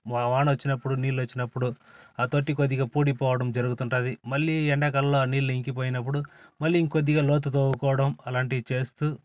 వా వానొచ్చినప్పుడు నీళ్ళొచ్చినప్పుడు ఆ తొట్టి కొద్దిగా పూడిపోవడం జరుగుతుంటుంది మళ్ళీ ఎండాకాలంలో ఆ నీళ్లు ఇంకియినప్పుడు మళ్ళీ ఇంకొద్దిగా లోతు తొవ్వుకోవడం అలాంటివి చేస్తూ